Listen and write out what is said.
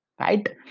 right